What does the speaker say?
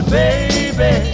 baby